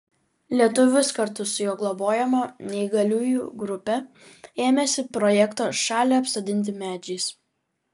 lietuvis kartu su jo globojama neįgaliųjų grupe ėmėsi projekto šalį apsodinti medžiais